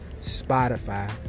Spotify